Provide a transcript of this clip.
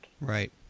Right